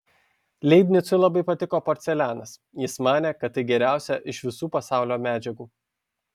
leibnicui labai patiko porcelianas jis manė kad tai geriausia iš visų pasaulio medžiagų